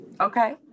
Okay